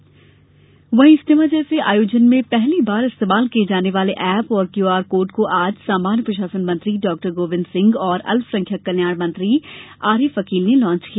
इज्तिमा एप वहीं प्रदेश में इज्तिमा जैसे आयोजन में पहली बार इस्तेमाल किए जाने वाले एप और क्यूआर कोड को आज सामान्य प्रशासन मंत्री डॉ गोविंद सिंह और अल्पसंख्यक कल्याण मंत्री आरिफ अकील ने लॉच किया